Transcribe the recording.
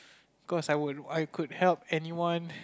of course I would I could help anyone